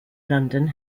london